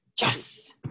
Yes